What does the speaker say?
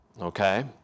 Okay